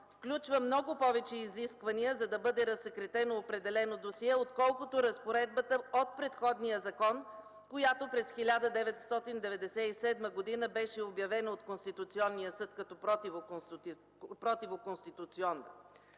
включва много повече изисквания, за да бъде разсекретено определено досие, отколкото разпоредбата от предходния закон, която през 1997 г. беше обявена от Конституционния съд като противоконституционна.